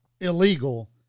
Illegal